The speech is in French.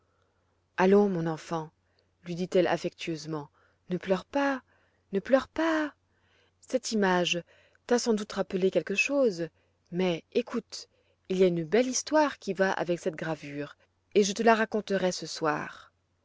allons mon enfant lui dit-elle affectueusement ne pleure pas ne pleure pas cette image t'a sans doute rappelé quelque chose mais écoute il y a une belle histoire qui va avec cette gravure et je te la raconterai ce soir